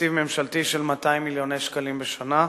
בתקציב ממשלתי של 200 מיליוני שקלים בשנה.